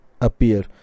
appear